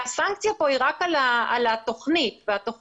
שהסנקציה פה היא רק על התוכנית והתוכנית,